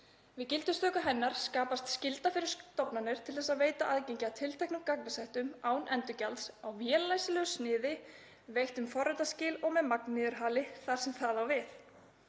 Við gildistöku hennar skapast skylda fyrir stofnanir til að veita aðgengi að tilteknum gagnasettum án endurgjalds, á véllæsilegu sniði, veitt um forritaskil og með magnniðurhali, þar sem það á við.